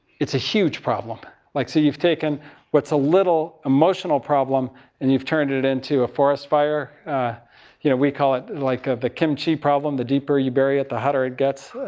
it's a huge problem. like so you've taken what's a little emotional problem and you've turned it it into a forest fire. you know we call it like ah the kimchi problem. the deeper you bury it the hotter it gets.